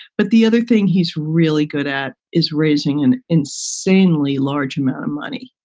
but the other thing he's really good at is raising an insanely large amount of money